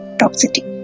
toxicity